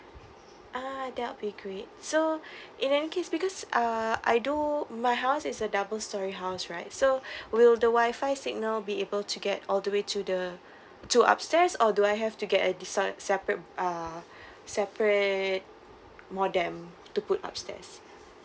ah that would be great so in any case because uh I do my house is a double storey house right so will the wi-fi signal be able to get all the way to the to upstairs or do I have to get a deci~ separate uh separate modem to put upstairs